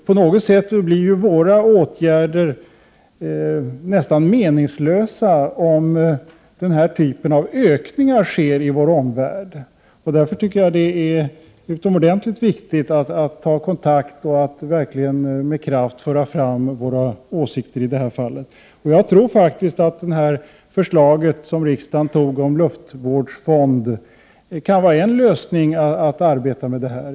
Våra åtgärder blir ju nästan meningslösa, om den här typen av ökade utsläpp sker i vår omvärld. Därför är det utomordentligt viktigt att ta kontakt och verkligen med kraft föra fram våra åsikter i det här fallet. Jag tror att det förslag som riksdagen antog om en luftvårdsfond kan vara ett sätt att arbeta med detta.